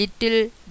little